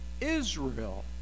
Israel